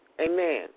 Amen